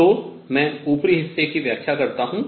तो मैं ऊपरी हिस्से की व्याख्या करता हूँ